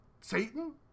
Satan